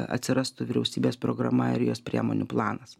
atsirastų vyriausybės programa ir jos priemonių planas